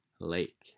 Lake